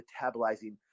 metabolizing